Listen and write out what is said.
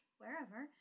wherever